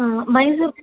Mysore